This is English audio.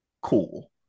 cool